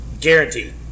Guaranteed